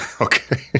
Okay